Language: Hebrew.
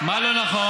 מה לא נכון?